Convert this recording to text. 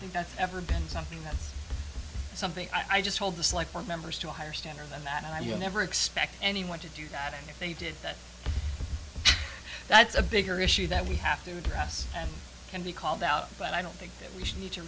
think that's ever been something that's something i just hold the slack for members to a higher standard than that and i would never expect anyone to do that and if they did that that's a bigger issue that we have to address and can be called out but i don't think that we